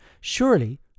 Surely